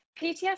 PTSD